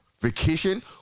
vacation